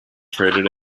traded